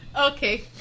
Okay